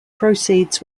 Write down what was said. proceeds